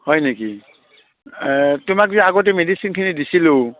হয় নেকি তোমাক যে আগতে মেডিচিনখিনি দিছিলোঁ